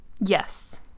yes